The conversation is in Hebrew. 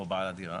או בעל הדירה,